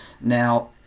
Now